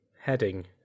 heading